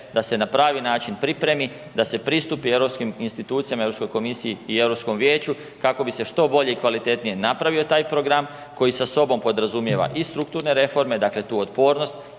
da se na pravi način pripremi, da se pristupi europskim institucijama, Europskoj komisiji i Europskom vijeću kako bi se što bolje i kvalitetnije napravio taj program koji sa sobom podrazumijeva i strukturne reforme, dakle tu otpornost